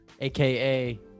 aka